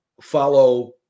follow